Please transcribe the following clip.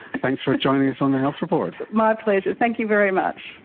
thanks for joining us on the health report. my pleasure, thank you very much.